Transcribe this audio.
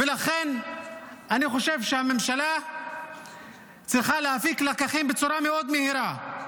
ולכן אני חושב שהממשלה צריכה להפיק לקחים בצורה מאוד מהירה.